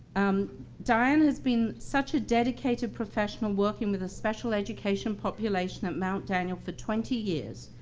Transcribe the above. um diana's been such a dedicated professional working with a special education population at mount daniel for twenty years.